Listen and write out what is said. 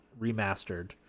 remastered